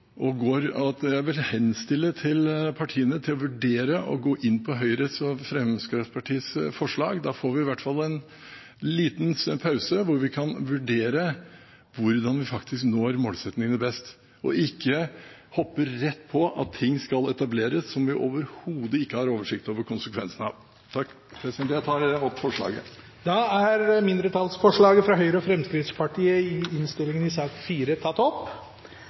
Jeg vil henstille til partiene å vurdere å gå inn for Høyres og Fremskrittspartiets forslag. Da får vi i hvert fall en liten pause, hvor vi kan vurdere hvordan vi faktisk når målsettingene best – ikke hoppe rett på og etablere noe som vi overhodet ikke har oversikt over konsekvensene av. Jeg tar opp forslaget fra Høyre og Fremskrittspartiet. Representanten Gunnar Gundersen har tatt opp